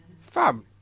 Fam